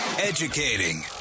Educating